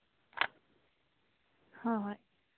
ꯍꯣꯏ ꯍꯣꯏ